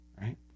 right